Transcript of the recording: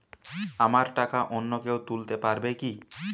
আমার টাকা অন্য কেউ তুলতে পারবে কি?